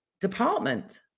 department